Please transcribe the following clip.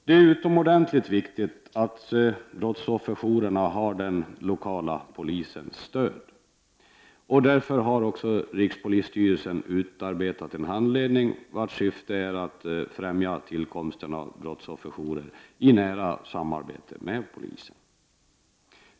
Det är utomordentligt viktigt att brottsofferjourerna har den lokala polisens stöd, och därför har rikspolisstyrelsen utarbetat en handledning vars syfte är att främja tillkomsten av brottsofferjourer i nära samarbete med polisen.